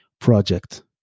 project